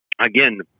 again